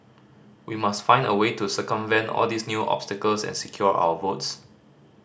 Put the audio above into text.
we must find a way to circumvent all these new obstacles and secure our votes